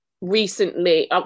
recently